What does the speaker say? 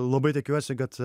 labai tikiuosi kad